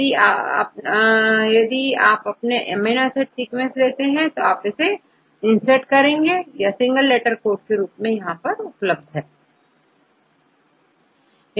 यदि आप अपने अमीनो एसिड सीक्वेंस लेते हैं तो आप इसे इंसर्ट करेंगे यह सिंगल लेटर कोड के रूप में होता है